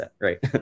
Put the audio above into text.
right